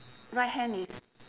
right hand is